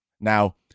Now